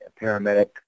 paramedic